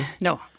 No